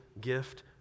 gift